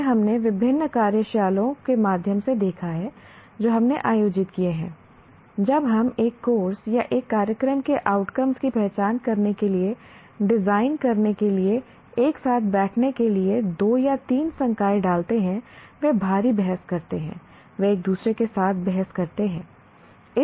यह हमने विभिन्न कार्यशालाओं के माध्यम से देखा है जो हमने आयोजित किए हैं जब हम एक कोर्स या एक कार्यक्रम के आउटकम्स की पहचान करने के लिए डिजाइन करने के लिए एक साथ बैठने के लिए 2 या 3 संकाय डालते हैं वे भारी बहस करते हैं वे एक दूसरे के साथ बहस करते हैं